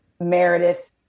Meredith